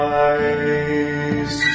eyes